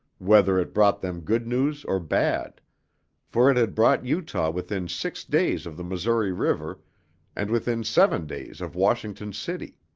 whether it brought them good news or bad for it had brought utah within six days of the missouri river and within seven days of washington city.